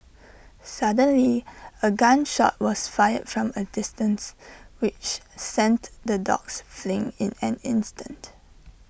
suddenly A gun shot was fired from A distance which sent the dogs fleeing in an instant